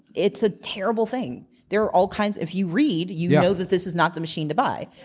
it's a terrible thing. there are all kinds. if you read, you know that this is not the machine to buy.